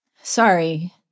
Sorry